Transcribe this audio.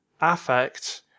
affect